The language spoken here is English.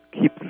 keep